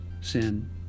sin